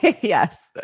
Yes